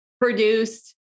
produced